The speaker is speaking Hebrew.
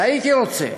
והייתי רוצה